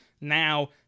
Now